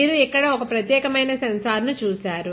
మీరు ఇక్కడ ఒక ప్రత్యేకమైన సెన్సార్ ను చూశారు